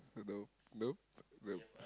don't know nope nope